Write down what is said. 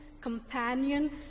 companion